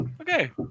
Okay